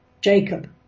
Jacob